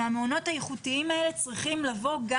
והמעונות האיכותיים האלה צריכים לבוא גם